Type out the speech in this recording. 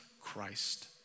Christ